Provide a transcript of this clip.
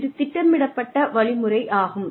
இது திட்டமிடப்பட்ட வழிமுறை ஆகும்